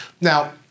Now